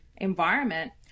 environment